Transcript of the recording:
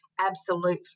Absolute